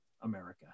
America